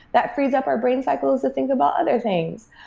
that freeze up our brain cycles to think about other things.